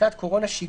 בדיקת קורונה שגרתית,